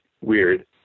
weird